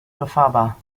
befahrbar